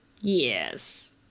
Yes